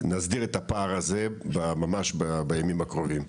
ונסדיר את הפער הזה, ממש בימים הקרובים.